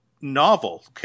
novel